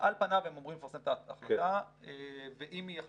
אם אני מבין נכון.